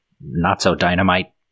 not-so-Dynamite